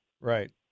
right